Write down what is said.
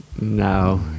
No